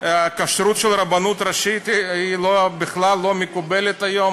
כשרות של הרבנות הראשית בכלל לא מקובלת היום